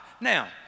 Now